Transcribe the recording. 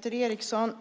Fru talman! Det är med hjälp av lagen, Peter Eriksson,